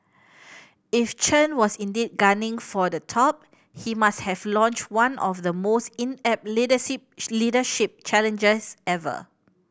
if Chen was indeed gunning for the top he must have launched one of the most inept leadership challenges ever